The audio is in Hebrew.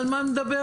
על מה את מדברת?